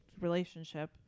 relationship